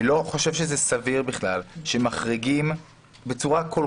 אני לא חושב שזה סביר בכלל שמחריגים בצורה כל